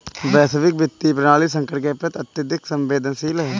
वैश्विक वित्तीय प्रणाली संकट के प्रति अत्यधिक संवेदनशील है